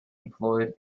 employed